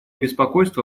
беспокойство